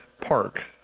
Park